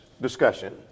discussion